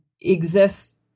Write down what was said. exists